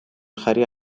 خری